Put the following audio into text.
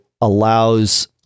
allows